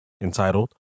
entitled